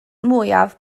mwyaf